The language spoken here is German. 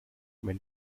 wenn